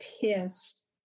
pissed